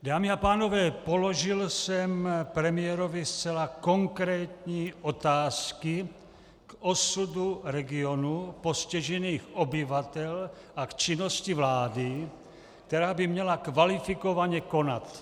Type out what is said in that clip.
Dámy a pánové, položil jsem premiérovi zcela konkrétní otázky k osudu regionu, postižených obyvatel a k činnosti vlády, která by měla kvalifikovaně konat.